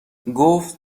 گفت